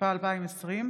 התשפ"א 2020,